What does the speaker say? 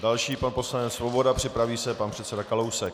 Další pan poslanec Svoboda, připraví se pan předseda Kalousek.